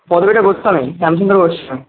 পদবীটা Goswami Shyamsundar Goswami